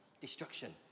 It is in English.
destruction